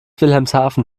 wilhelmshaven